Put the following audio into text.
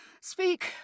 Speak